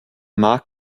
markt